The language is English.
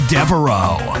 Devereaux